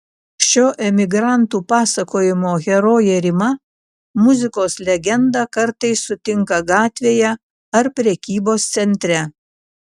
šio emigrantų pasakojimo herojė rima muzikos legendą kartais sutinka gatvėje ar prekybos centre